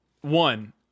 one